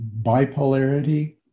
Bipolarity